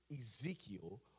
ezekiel